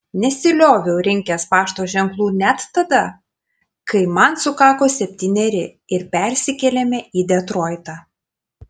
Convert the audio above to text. nesilioviau rinkęs pašto ženklų net tada kai man sukako septyneri ir persikėlėme į detroitą